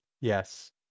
Yes